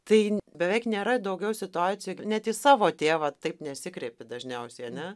tai beveik nėra daugiau situacijų net į savo tėvą taip nesikreipi dažniausiai ane